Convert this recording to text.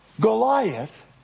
Goliath